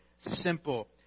simple